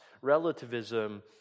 relativism